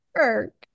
work